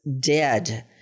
dead